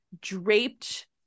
draped